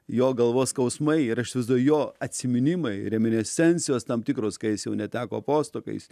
jo galvos skausmai ir aš įsivaizduoju jo atsiminimai reminescencijos tam tikros kai jis jau neteko posto kai jis